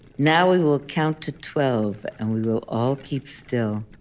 now we will count to twelve and we will all keep still.